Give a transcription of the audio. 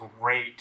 great